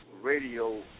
radio